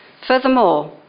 Furthermore